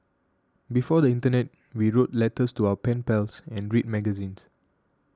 before the internet we wrote letters to our pen pals and read magazines